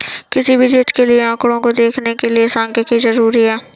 किसी भी चीज के आंकडों को देखने के लिये सांख्यिकी जरूरी हैं